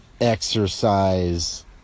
exercise